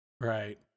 Right